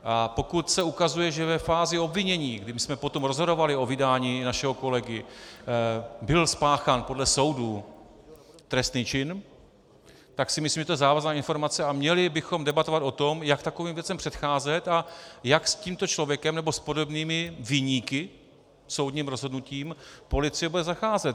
A pokud se ukazuje, že ve fázi obvinění, kdybychom potom rozhodovali o vydání našeho kolegy, byl spáchán podle soudu trestný čin, tak si myslím, že je to závažná informace, a měli bychom debatovat o tom, jak takovým věcem předcházet a jak s tímto člověkem nebo s podobnými viníky soudním rozhodnutím policie bude zacházet.